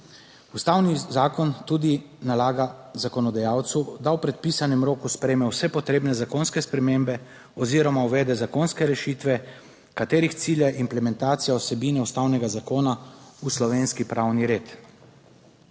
Ustavni zakon tudi nalaga zakonodajalcu, da v predpisanem roku sprejme vse potrebne zakonske spremembe oziroma uvede zakonske rešitve, katerih cilj je implementacija vsebine ustavnega zakona, v slovenski pravni red.